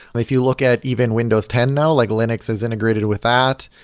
if you look at even windows ten now, like linux is integrated with that.